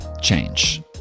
change